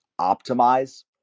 optimize